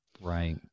Right